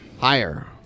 Higher